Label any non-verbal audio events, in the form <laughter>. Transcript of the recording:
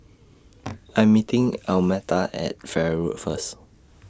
<noise> I Am meeting Almeta At Farrer Road First